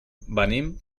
venim